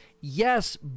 yes